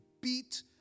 beat